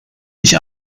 ich